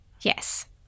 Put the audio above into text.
Yes